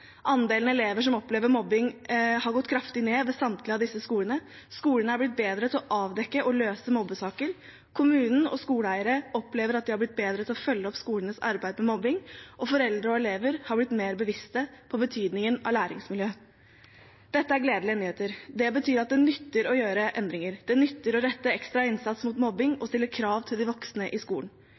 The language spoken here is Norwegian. Andelen elever som opplever mobbing, har gått kraftig ned ved samtlige av disse skolene. Skolene er blitt bedre til å avdekke og løse mobbesaker. Kommuner og skoleeiere opplever at de har blitt bedre til å følge opp skolenes arbeid mot mobbing, og foreldre og elever har blitt mer bevisste på betydningen av læringsmiljø. Dette er gledelige nyheter. Det betyr at det nytter å gjøre endringer. Det nytter å rette en ekstra innsats mot mobbing og å stille krav til de voksne i skolen.